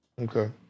Okay